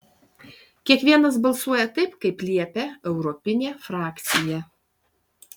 kiekvienas balsuoja taip kaip liepia europinė frakcija